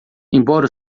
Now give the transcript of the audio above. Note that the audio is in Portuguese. embora